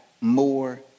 more